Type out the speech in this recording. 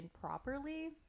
properly